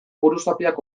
buruzapiak